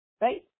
right